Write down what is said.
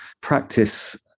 practice